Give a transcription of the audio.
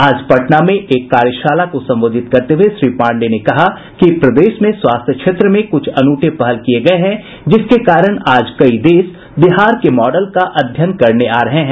आज पटना में एक कार्यशाला को संबोधित करते हुये श्री पांडेय ने कहा कि प्रदेश में स्वास्थ्य क्षेत्र में कुछ अनूठे पहल किये गये हैं जिसके कारण आज कई देश बिहार के मॉडल का अध्ययन करने आ रहे हैं